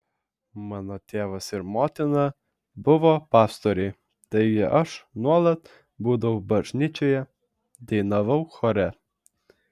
mano tėvas ir motina buvo pastoriai taigi aš nuolat būdavau bažnyčioje dainavau chore